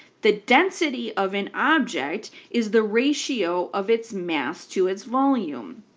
the density of an object is the ratio of its mass to its volume.